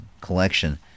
collection